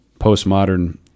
postmodern